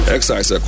Exercise